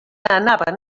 anaven